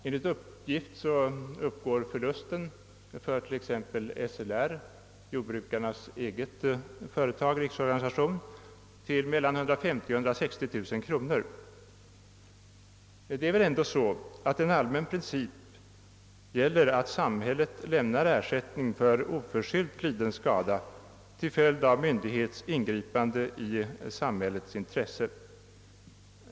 Enligt uppgift uppgår förlusten för exempelvis SLR — jordbrukarnas egen riksorganisation — till mellan 150 000 och 160 000 kronor. En allmän princip är väl ändå att samhället lämnar ersättning för oförskyllt liden skada till följd av myndighets ingripande i samhällets intresse.